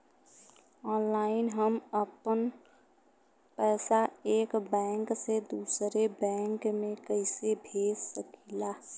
Online हम आपन पैसा एक बैंक से दूसरे बैंक में कईसे भेज सकीला?